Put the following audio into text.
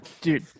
Dude